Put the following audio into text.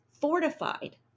fortified